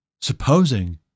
supposing